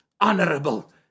honorable